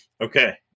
Okay